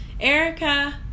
Erica